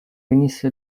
venisse